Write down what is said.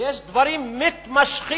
ויש דברים מתמשכים.